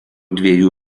dviejų